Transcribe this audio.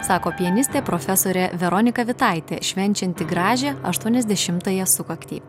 sako pianistė profesorė veronika vitaitė švenčianti gražią aštuoniasdešimtąją sukaktį